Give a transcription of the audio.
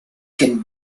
can